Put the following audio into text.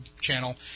channel